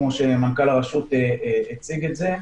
כמו שמנכ"ל הרשות הציג את זה.